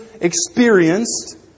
experienced